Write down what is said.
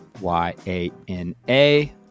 Y-A-N-A